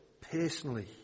personally